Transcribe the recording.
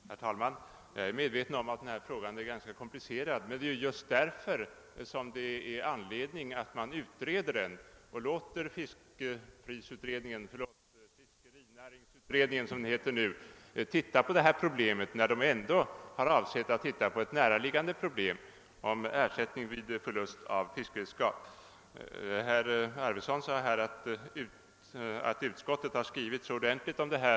Herr talman! Jag är medveten om att denna fråga är ganska komplicerad, men det är ju just därför att frågan är komplicerad som det finns anledning att låta fiskerinäringsutredningen — som utredningen nu heter — se på problemet. Detta är särskilt lämpligt eftersom utredningen ändå avser att undersöka ett näraliggande problem om ersättning vid förlust av fiskredskap. Herr Arweson sade att utskottet skrivit så positivt om detta.